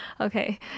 Okay